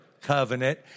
covenant